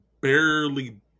barely